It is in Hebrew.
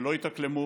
שלא התאקלמו,